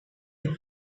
your